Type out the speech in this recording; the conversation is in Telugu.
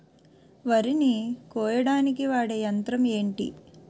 వరి ని కోయడానికి వాడే యంత్రం ఏంటి?